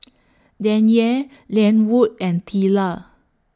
Danyel Lenwood and Teela